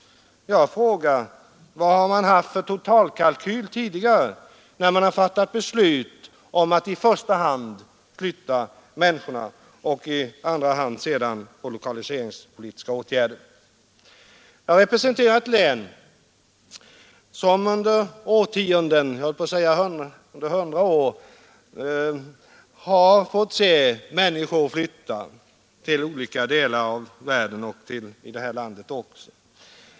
Jag frågar: Vad har man haft för totalkalkyl tidigare, när man har fattat beslut om att i första hand flytta människorna och sedan i andra hand vidta lokaliseringspolitiska åtgärder? Jag representerar ett län som under årtionden — jag höll på att säga under 100 år — har fått se människor flytta till olika delar av världen, och inom det här landet också.